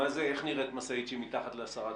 איך נראית משאית שהיא מתחת ל-10 טון?